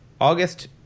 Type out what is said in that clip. August